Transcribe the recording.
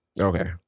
Okay